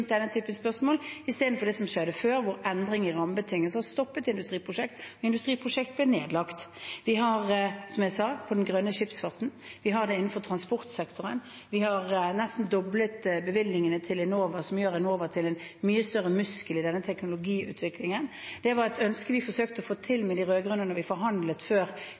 denne typen spørsmål, i stedet for det som skjedde før, hvor endringer i rammebetingelser stoppet industriprosjekter og industriprosjekter ble nedlagt. Vi har, som jeg sa, den grønne skipsfarten, vi har det innenfor transportsektoren, og vi har nesten doblet bevilgningene til Enova, noe som gjør Enova til en mye større muskel i denne teknologiutviklingen. Det var et ønske vi forsøkte å få til med de rød-grønne da vi forhandlet før